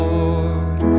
Lord